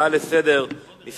הצעה לסדר-היום מס'